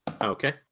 Okay